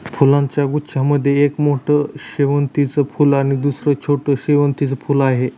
फुलांच्या गुच्छा मध्ये एक मोठं शेवंतीचं फूल आणि दुसर छोटं शेवंतीचं फुल आहे